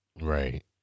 right